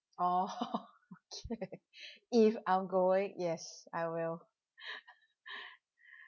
oh okay if I'm going yes I will